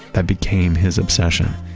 that became his obsession.